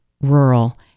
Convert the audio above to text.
rural